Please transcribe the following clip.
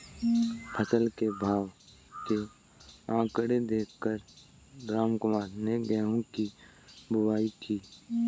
फसल के भाव के आंकड़े देख कर रामकुमार ने गेहूं की बुवाई की